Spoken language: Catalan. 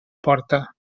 porta